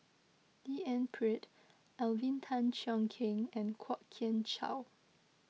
D N Pritt Alvin Tan Cheong Kheng and Kwok Kian Chow